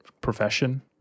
profession